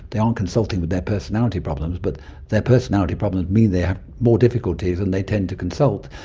they aren't consulting with their personality problems but their personality problems mean they have more difficulties and they tend to consult.